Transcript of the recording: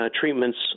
treatments